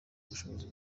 ubushobozi